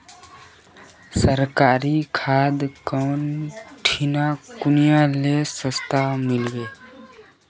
सरकारी खाद कौन ठिना कुनियाँ ले सस्ता मीलवे?